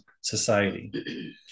society